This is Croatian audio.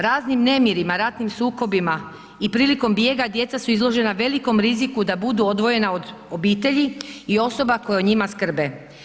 Raznim nemirima, ratnim sukobima i prilikom bijega djeca su izložena velikom riziku da budu odvojena od obitelji i osoba koja o njima skrbe.